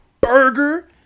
burger